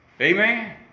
Amen